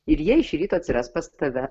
ir jie iš ryto atsiras pas tave